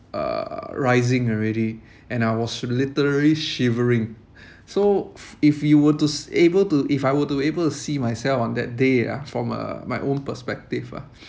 uh rising already and I was literally shivering so if you were to able to s~ if I were to able to see myself on that day ah from a my own perspective ah